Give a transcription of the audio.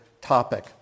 topic